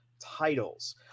titles